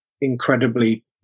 incredibly